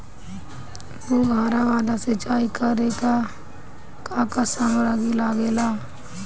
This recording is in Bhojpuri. फ़ुहारा वाला सिचाई करे लर का का समाग्री लागे ला?